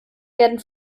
werden